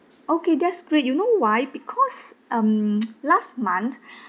okay that's great you know why because um last month